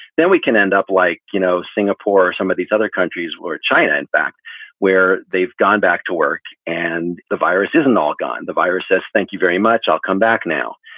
then we can end up like, you know, singapore or some of these other countries where china and back where they've gone back to work and the virus isn't all gone. the viruses. thank you very much. i'll come back now.